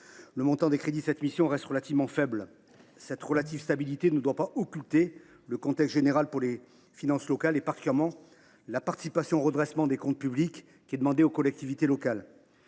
le montant des crédits de cette mission reste faible. Toutefois, cette relative stabilité ne doit pas occulter le contexte général des finances locales, et particulièrement la participation au redressement des comptes publics qui est demandée aux collectivités locales.